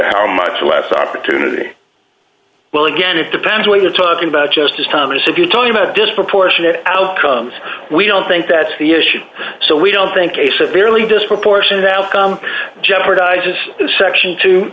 are much less opportunity well again it depends when you're talking about justice thomas if you're talking about disproportionate outcomes we don't think that's the issue so we don't think a severely disproportionate outcome jeopardizes the section to